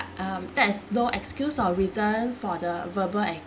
um that is no excuse or reason for the verbal